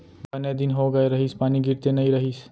बने दिन हो गए रहिस, पानी गिरते नइ रहिस